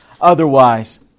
otherwise